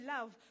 love